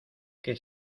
que